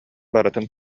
барытын